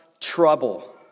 trouble